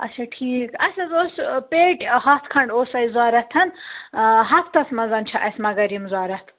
اَچھا ٹھیٖک اَسہِ حظ اوس پیٹہِ ہَتھ کھَنٛڈ اوس اَسہِ ضروٗرت ہفتَس منٛز چھِ اَسہِ مَگر یِم ضروٗرت